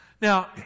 Now